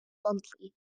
bluntly